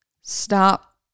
stop